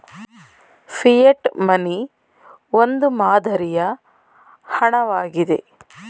fiat money ಒಂದು ಮಾದರಿಯ ಹಣ ವಾಗಿದೆ